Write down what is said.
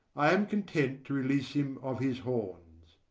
i am content to release him of his horns